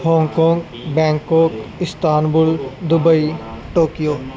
Hong Kong Bangkok Istanbul Dubai Tokyo